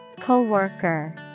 Coworker